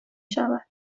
شود